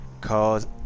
cause